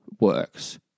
works